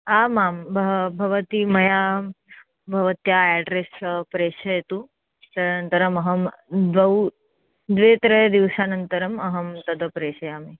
आमां भव् भवती मया भवत्याः एड्रेस् प्रेषयतु तदनन्तरमहं द्वौ द्वि त्रि दिवसानन्तरम् अहं तद् प्रेषयामि